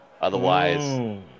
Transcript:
Otherwise